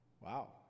wow